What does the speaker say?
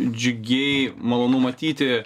džiugiai malonu matyti